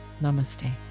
Namaste